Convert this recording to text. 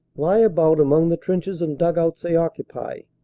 lie about among the trenches and dug-outs they occupy,